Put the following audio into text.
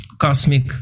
cosmic